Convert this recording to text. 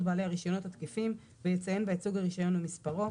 בעלי הרישיונות התקפים ויציין בה את סוג הרישיון ומספרו,